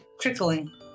Trickling